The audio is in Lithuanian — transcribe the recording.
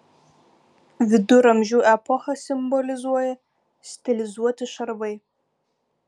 viduramžių epochą simbolizuoja stilizuoti šarvai